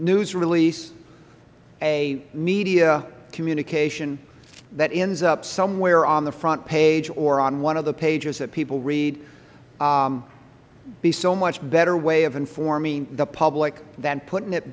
news release a media communication that ends up somewhere on the front page or on one of the pages that people read be a so much better way of informing the public than putting it